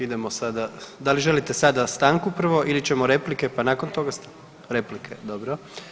Idemo sada, da li želite sada stanku prvo ili ćemo replike, pa nakon toga stanku? [[Upadica iz klupe: Replike]] Replike, dobro.